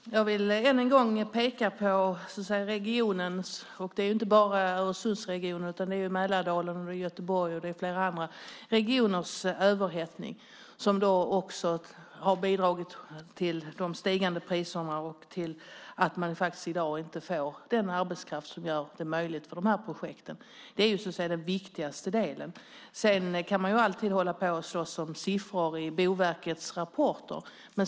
Fru talman! Jag vill än en gång peka på regionens, inte bara Öresundsregionens utan också Mälarregionens, Göteborgsregionens och flera andra regioners, överhettning, som har bidragit till de stigande priserna och till att man i dag inte får den arbetskraft som gör de olika projekten möjliga. Det är det viktigaste. Sedan kan man alltid hålla på att slåss om siffror i Boverkets rapporter.